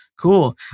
Cool